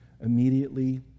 immediately